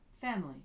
family